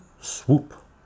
swoop